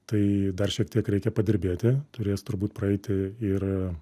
tai dar šiek tiek reikia padirbėti turės turbūt praeiti ir